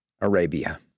Arabia